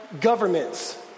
governments